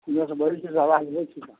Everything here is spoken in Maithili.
एन्ने से बजै छियै तऽ आबाज नहि सुनाइ